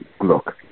look